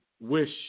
wish